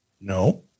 No